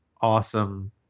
awesome